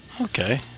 okay